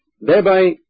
thereby